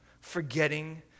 Forgetting